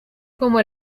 como